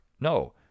No